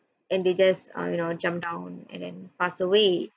and they just err you know jumped down and then passed away